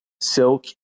silk